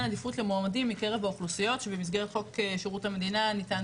עדיפות למועמדים מקרב האוכלוסיות שבמסגרת חוק שירות המדינה ניתנה